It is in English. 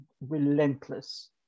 relentless